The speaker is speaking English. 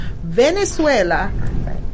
Venezuela